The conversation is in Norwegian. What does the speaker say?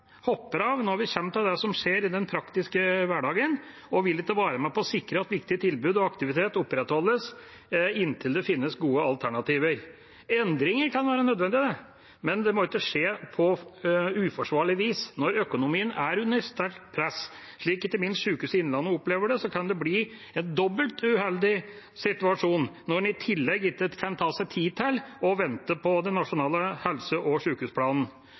hopper av når vi kommer til det som skjer i den praktiske hverdagen, og vil ikke være med på å sikre at viktige tilbud og viktig aktivitet opprettholdes, inntil det finnes gode alternativer. Endringer kan være nødvendige, men det må ikke skje på uforsvarlig vis, når økonomien er under sterkt press. Slik ikke minst Sykehuset Innlandet opplever det, kan det bli en dobbelt uheldig situasjon når en i tillegg ikke kan ta seg tid til å vente på den nasjonale helse- og